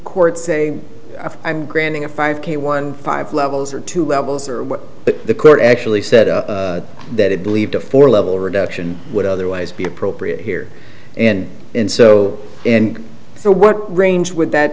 court say i'm granting a five k one five levels or two levels or what but the court actually said that it believed a four level reduction would otherwise be appropriate here and and so and so what range would that